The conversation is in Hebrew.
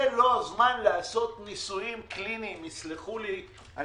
זה לא הזמן לעשות ניסויים קליניים אני